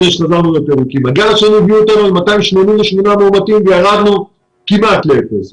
הגל השני הביא אותנו ל-288 מאומתים וירדנו כמעט לאפס.